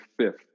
fifth